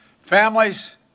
Families